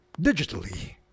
digitally